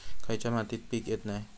खयच्या मातीत पीक येत नाय?